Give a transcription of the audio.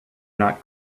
not